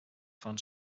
van